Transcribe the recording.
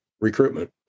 recruitment